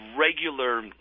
regular